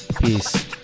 peace